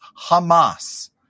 Hamas